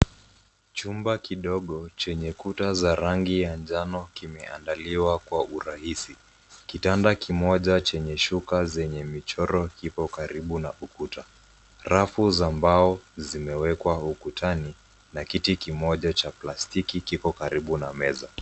Chumba kidogo chenye kuta za rangi ya njano kimeandaliwa kwa urahisi. Kitanda kimoja chenye shuka zenye michoro kiko karibu na ukuta, rafu za mbao zimewekwa ukutani, na kiti kimoja cha plastiki kiko karibu na meza.